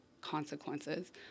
consequences